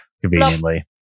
conveniently